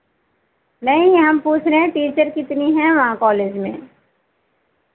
नहीं हम पूछ रहे हैं टीचर कितनी हैं वहाँ कॉलेज में